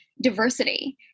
diversity